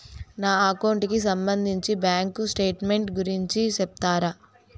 నా అకౌంట్ కి సంబంధించి బ్యాంకు స్టేట్మెంట్ గురించి సెప్తారా